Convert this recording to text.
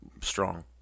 Strong